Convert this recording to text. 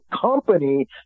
company